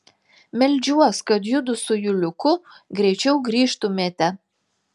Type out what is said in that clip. meldžiuos kad judu su juliuku greičiau grįžtumėte